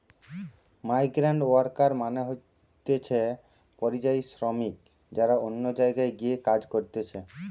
migrant worker মানে হতিছে পরিযায়ী শ্রমিক যারা অন্য জায়গায় গিয়ে কাজ করতিছে